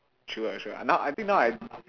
true ah true ah now I think now I